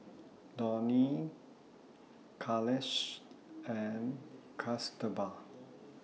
Dhoni Kailash and Kasturba